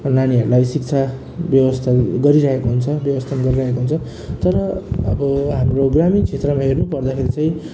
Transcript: नानीहरूलाई शिक्षा व्यवस्था गरिरहेको हुन्छ व्यवस्था गरिरहेको हुन्छ तर अब हाम्रो ग्रामीण क्षेत्रमा हेर्नु पर्दाखेरि चाहिँ